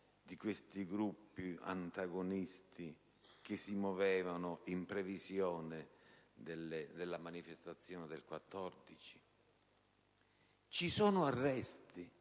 di questi gruppi antagonisti che si muovevano in previsione della manifestazione del 14 dicembre. Ci sono arresti